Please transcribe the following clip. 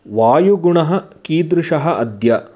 वायुगुणः कीदृशः अद्य